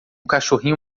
cachorrinho